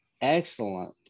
excellent